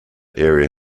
area